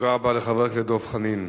תודה רבה לחבר הכנסת דב חנין.